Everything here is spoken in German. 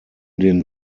den